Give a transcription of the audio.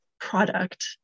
product